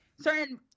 certain